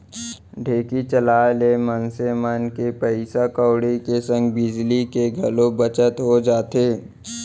ढेंकी चलाए ले मनसे मन के पइसा कउड़ी के संग बिजली के घलौ बचत हो जाथे